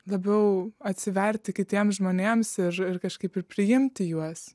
labiau atsiverti kitiem žmonėms ir ir kažkaip ir priimti juos